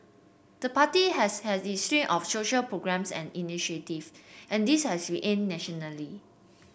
the party has had its slew of social programmes and initiative and these has aimed nationally